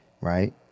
right